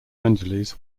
angeles